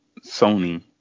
Sony